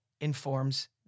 informs